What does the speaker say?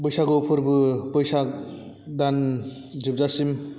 बैसागु फोरबो बैसाग दान जोबजासिन